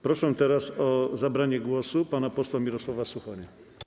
Proszę teraz o zabranie głosu pana posła Mirosława Suchonia.